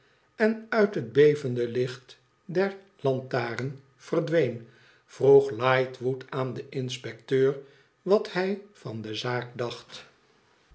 en uit het bevende licht der lataren verdween vroeg lightwood aan den inspecteur wat hij van de zaak dacht